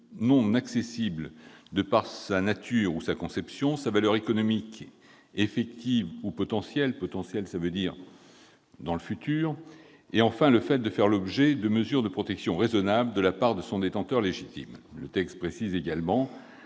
non accessible de par sa nature ou sa conception, sa valeur économique effective ou potentielle et enfin le fait de faire l'objet de mesures de protection raisonnables de la part de son détenteur légitime. Le texte précise également